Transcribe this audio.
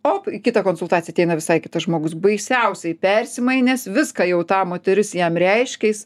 op į kitą konsultaciją ateina visai kitas žmogus baisiausiai persimainęs viską jau ta moteris jam reiškia jis